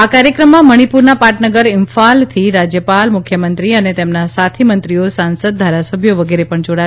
આ કાર્યક્રમમાં મણિપુરના પાટનગર ઇમ્ફાલથી રાજ્યપાલ મુખ્યમંત્રી અને તેમના સાથી મંત્રીઓ સાંસદો ધારાસભ્યો વગેરે પણ જોડાશે